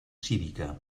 cívica